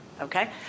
Okay